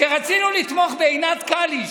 כשרצינו לתמוך בעינת קליש